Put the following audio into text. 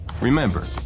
Remember